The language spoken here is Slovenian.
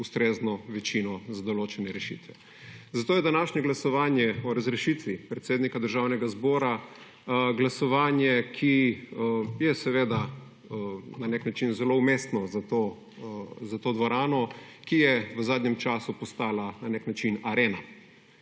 ustrezno večino za določene rešitve. Zato je današnje glasovanje o razrešitvi predsednika Državnega zbora glasovanje, ki je seveda na nek način zelo umestno za to dvorano, ki je v zadnjem času postala na nek način arena.